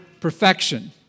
perfection